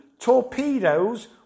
torpedoes